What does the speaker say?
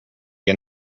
you